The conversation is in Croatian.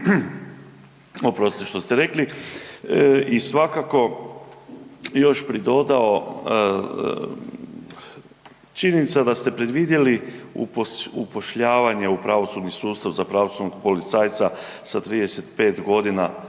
oprostite, što ste rekli i svakako još pridodao, činjenica da ste predvidjeli upošljavanje u pravosudni sustav za pravosudnog policajca sa 35 godina,